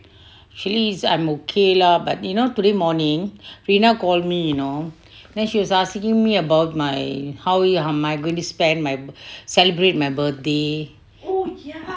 actually is I'm okay lah but you know today morning rina call me you know then she was asking me about my how ya how am I going to spend my celebrate my birthday